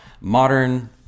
modern